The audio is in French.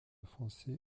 français